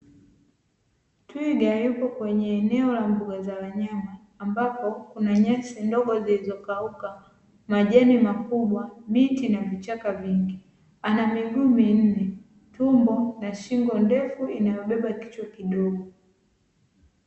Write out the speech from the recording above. Twiga yupo kwenye eneo la mbuga za wanyama ambapo kuna nyasi ndogo zilizokauka, majani makubwa, miti na vichaka vingi. Ana miguu minne, tumbo na shingo ndefu inayobeba kichwa kidogo.